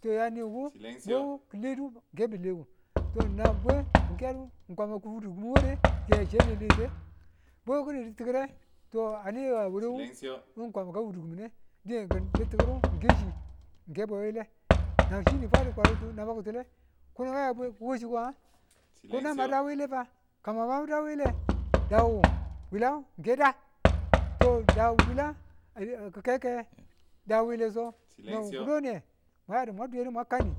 To yaniwu bwewu ki̱ledu ng ki̱bu leku to nan bwe ledu nan bwe mu kedu kwam a wudu ware nan chi s alelete bwe ki̱ni ditikire to aneya warewu wu kwama ka wudi kiminde dinekin ditikuru ng ke chi ng bwe wile nan chi ni fwadu kwaditu naba ki̱tule kono ka nga ko nang ma da wile fa komwa mabu da wile fa dawu gi̱dan nge da dawu to dawu bwila ki kayu ki- ki- kaye dawile so nan wukido niye mwayadu mwa dwiyedu mwa kan ni